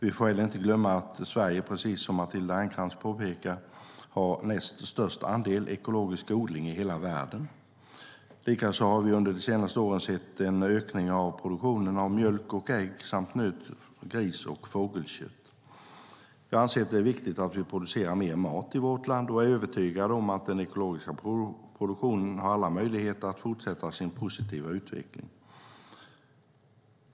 Vi får inte heller glömma att Sverige, precis som Matilda Ernkrans påpekar, har näst störst andel ekologisk odling i hela världen. Likaså har vi under de senaste åren sett en ökning av produktionen av mjölk och ägg samt nöt-, gris och fågelkött. Jag anser att det är viktigt att vi producerar mer mat i vårt land och är övertygad om att den ekologiska produktionen har alla möjligheter att fortsätta sin positiva utveckling.